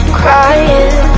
crying